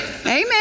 Amen